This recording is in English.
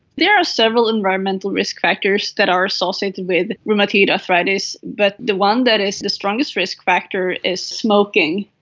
there are several environmental risk factors that are associated with rheumatoid arthritis, but the one that is the strongest risk factor is smoking.